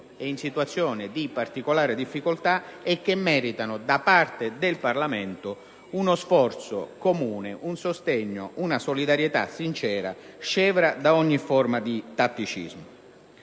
e in situazioni di particolare difficoltà e che meritano da parte del Parlamento uno sforzo comune, un sostegno e una solidarietà sincera, scevra da ogni forma di tatticismo.